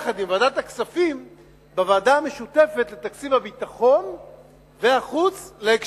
בוועדה המשותפת של ועדת הכספים וועדת החוץ והביטחון לתקציב,